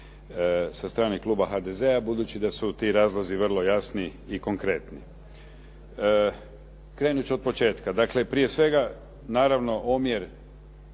sa strane kluba HDZ-a budući da su ti razlozi vrlo jasni i konkretni. Krenuti ću od početka. Dakle, prije svega, naravno omjer